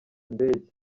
ndege